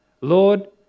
Lord